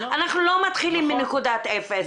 אנחנו לא מתחילים מנקודת אפס,